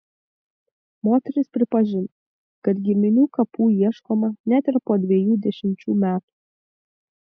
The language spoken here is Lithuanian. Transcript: moteris pripažino kad giminių kapų ieškoma net ir po dviejų dešimčių metų